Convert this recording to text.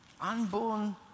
Unborn